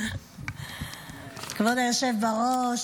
כבוד היושב-ראש,